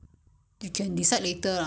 那时候才决定也是可以 mah